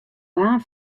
baan